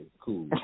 cool